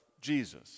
Jesus